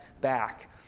back